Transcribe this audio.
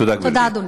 תודה, אדוני.